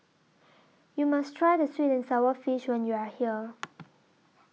YOU must Try The Sweet and Sour Fish when YOU Are here